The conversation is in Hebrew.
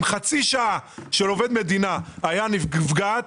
אם חצי שעה של עובד מדינה הייתה נפגעת,